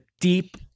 deep